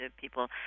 people